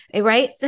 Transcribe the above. Right